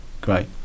great